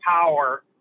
power